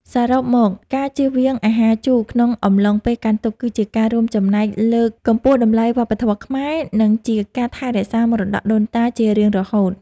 សរុបមកការជៀសវាងអាហារជូរក្នុងអំឡុងពេលកាន់ទុក្ខគឺជាការរួមចំណែកលើកកម្ពស់តម្លៃវប្បធម៌ខ្មែរ និង ជាការថែរក្សាមរតកដូនតាជារៀងរហូត។